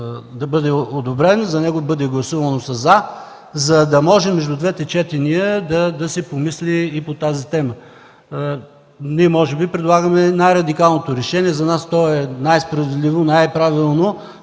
бъде одобрен, за него бъде гласувано със „за”, за да може между двете четения да се помисли и по тази тема. Ние може би предлагаме най-радикалното решение. За нас то е най-справедливо, най-правилно,